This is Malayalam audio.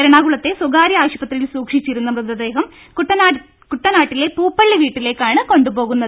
എറണാകുളത്തെ സ്വകാര്യ ആശുപത്രിയിൽ സൂക്ഷിച്ചിരിക്കുന്ന മൃതദേഹം കുട്ടനാട്ടിലെ പൂപ്പള്ളി വീട്ടിലേക്കാണ് കൊണ്ടുപോകുന്നത്